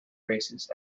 races